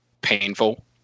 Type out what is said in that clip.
painful